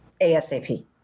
ASAP